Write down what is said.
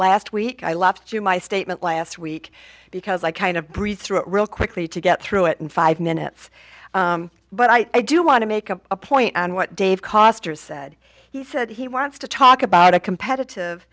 last week i left you my statement last week because i kind of breezed through it real quickly to get through it in five minutes but i do want to make a point on what dave koster said he said he wants to talk about a competitive